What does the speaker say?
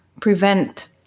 prevent